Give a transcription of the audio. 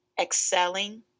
excelling